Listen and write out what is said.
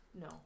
No